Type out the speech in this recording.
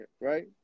right